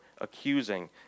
accusing